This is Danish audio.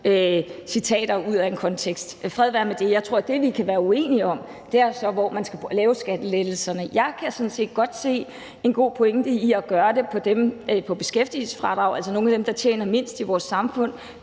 taget ud af en kontekst. Fred være med det. Jeg tror, at det, vi kan være uenige om, er, hvor man så skal lave skattelettelserne. Jeg kan sådan set godt se en god pointe i at gøre det på beskæftigelsesfradraget, altså for nogle af dem, der tjener mindst i vores samfund.